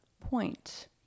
point